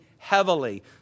heavily